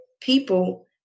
people